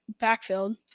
backfield